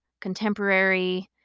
contemporary